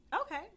okay